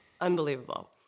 unbelievable